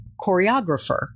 choreographer